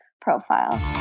profile